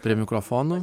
prie mikrofonų